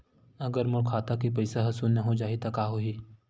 अगर मोर खाता के पईसा ह शून्य हो जाही त का होही?